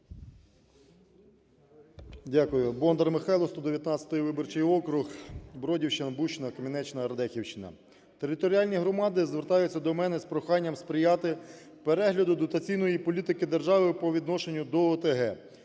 Дякую. Бондар Михайло, 119-й виборчий округ, Бродівщина, Бужчина, Камінеччина, Радехівщина. Територіальні громади звертаються до мене з проханням сприяти перегляду дотаційної політики держави по відношенню до ОТГ.